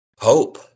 Hope